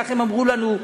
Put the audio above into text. כך הם אמרו לנו,